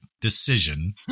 decision